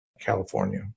California